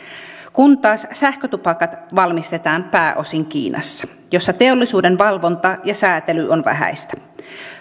kun taas sähkötupakat valmistetaan pääosin kiinassa missä teollisuuden valvonta ja säätely on vähäistä